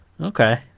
Okay